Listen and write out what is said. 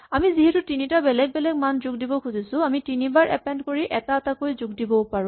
আমি যিহেতু তিনিটা বেলেগ বেলেগ মান যোগ দিব খুজিছো আমি তিনিবাৰ এপেন্ড কৰি এটা এটাকৈ যোগ দিবও পাৰো